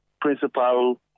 principal